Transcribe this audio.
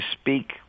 speak